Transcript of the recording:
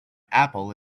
apple